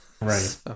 Right